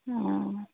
অ